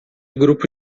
grupo